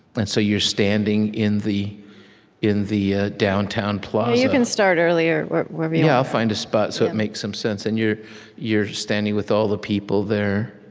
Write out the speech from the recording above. and so you're standing in the in the ah downtown plaza you can start earlier, or wherever you want yeah i'll find a spot, so it makes some sense. and you're you're standing with all the people there